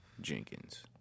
Jenkins